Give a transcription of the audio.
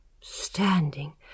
standing